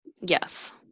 yes